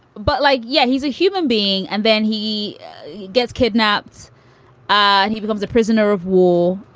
but like, yeah, he's a human being and then he gets kidnapped and he becomes a prisoner of war.